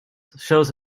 shows